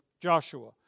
Joshua